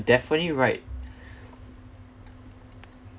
definitely right